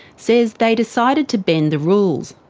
says they decided to bend the rules.